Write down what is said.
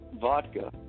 vodka